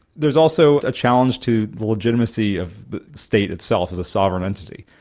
there is also a challenge to the legitimacy of the state itself as a sovereign entity.